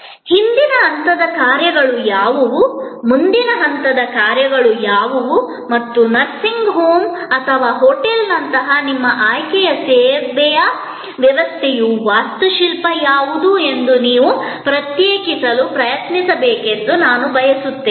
ಹಿಂದಿನ ಹಂತದ ಕಾರ್ಯಗಳು ಯಾವುವು ಮುಂದಿನ ಹಂತದ ಕಾರ್ಯಗಳು ಯಾವುವು ಮತ್ತು ನರ್ಸಿಂಗ್ ಹೋಂ ಅಥವಾ ಹೋಟೆಲ್ ನಂತಹ ನಿಮ್ಮ ಆಯ್ಕೆ ಸೇವೆಯ ಸೇವೆಯ ವ್ಯವಸ್ಥೆಯ ವಾಸ್ತುಶಿಲ್ಪ ಯಾವುದು ಎಂದು ನೀವು ಪ್ರತ್ಯೇಕಿಸಲು ಪ್ರಯತ್ನಿಸಬೇಕೆಂದು ನಾನು ಬಯಸುತ್ತೇನೆ